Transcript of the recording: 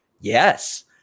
Yes